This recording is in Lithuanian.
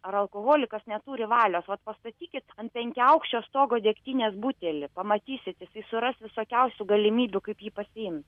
ar alkoholikas neturi valios vat pastatykit ant penkiaaukščio stogo degtinės butelį pamatysit jisai suras visokiausių galimybių kaip jį pasiimt